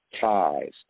Ties